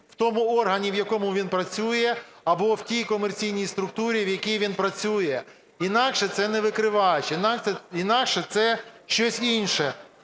в тому органі, в якому він працює, або в тій комерційній структурі, в якій він працює. Інакше це не викривач, інакше це щось інше.